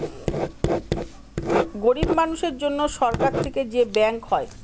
গরিব মানুষের জন্য সরকার থেকে যে ব্যাঙ্ক হয়